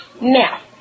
Now